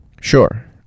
sure